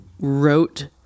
wrote